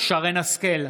שרן מרים השכל,